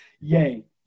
yay